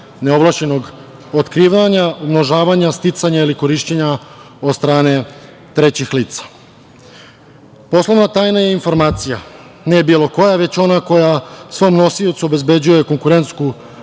neovlašćenog otkrivanja, umnožavanja, sticanja ili korišćenja od strane trećih lica. Poslovna tajna je informacija, ne bilo koja, već ona koja svom nosiocu obezbeđuje konkurentsku